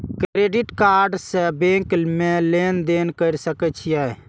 Credit card से bank में लेन देन कर सके छीये?